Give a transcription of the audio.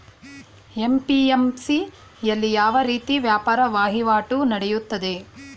APMC ಯಲ್ಲಿ ಯಾವ ರೀತಿ ವ್ಯಾಪಾರ ವಹಿವಾಟು ನೆಡೆಯುತ್ತದೆ?